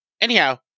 Anyhow